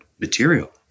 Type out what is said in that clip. material